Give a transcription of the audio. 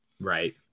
Right